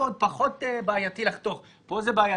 פחות בעייתי לחתוך, פה זה בעייתי.